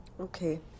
Okay